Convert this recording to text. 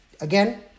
Again